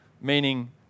meaning